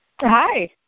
Hi